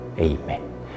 Amen